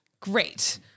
Great